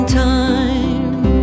time